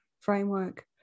framework